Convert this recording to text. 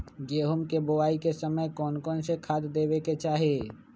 गेंहू के बोआई के समय कौन कौन से खाद देवे के चाही?